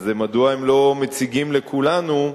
אז מדוע הם לא מציגים לכולנו,